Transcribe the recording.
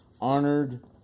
honored